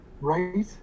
right